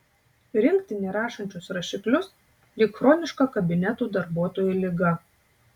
rinkti nerašančius rašiklius lyg chroniška kabinetų darbuotojų liga